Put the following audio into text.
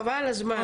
חבל על הזמן.